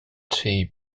tea